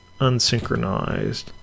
unsynchronized